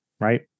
right